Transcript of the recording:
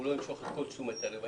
ולא ימשוך את כל תשומת הלב.